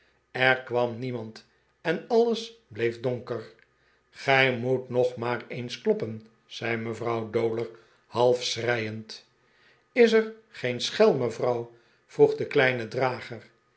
er kwam niemand en alles bleef donker gij moet nog maar eens kloppen zei mevrouw dowler half schreiend is er geen schel mevrouw vroeg de kleine drager